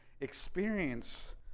experience